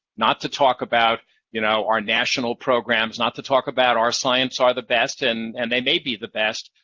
not to talk about you know our our national programs, not to talk about our science are the best, and and they may be the best,